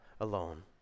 alone